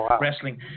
Wrestling